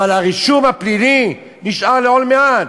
אבל הרישום הפלילי נשאר לעולמי-עד.